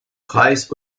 preis